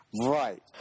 Right